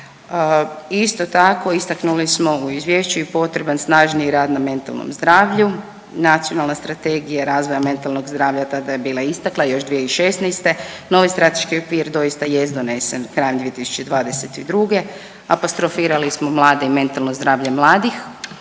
Isto tako, istaknuli smo u izvješću i potreban snažniji rad na mentalnom zdravlju, Nacionalna strategija razvoja mentalnog zdravlja tada je bila istekla još 2016., novi strateški okvir doista jest donesen krajem 2022. Apostrofirali smo mlade i mentalno zdravlje mladih,